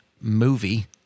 movie